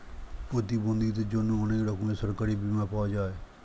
প্রতিবন্ধীদের জন্যে অনেক রকমের সরকারি বীমা পাওয়া যায়